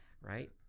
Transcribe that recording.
right